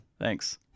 Thanks